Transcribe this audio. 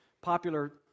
popular